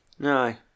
aye